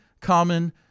common